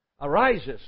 arises